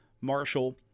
Marshall